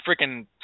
freaking